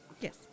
Yes